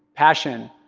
passion,